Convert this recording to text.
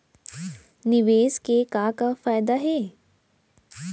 निवेश के का का फयादा हे?